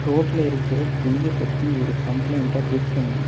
ரோட்டில் இருக்கிற குழியை பற்றி ஒரு கம்ப்ளைண்ட்டை ட்வீட் பண்ணு